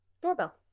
doorbell